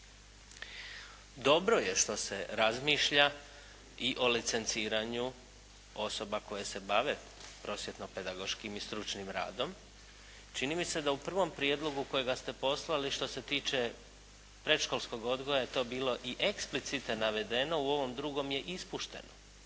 Dobro je što se razmišlja i o licenciranju osoba koje se bave prosvjetno-pedagoškim i stručnim radom. Čini mi se da u ovom prvom prijedlogu kojeg ste poslali što se tiče predškolskog odgoja je to bilo i eksplicite navedeno, u ovom drugom je ispušteno.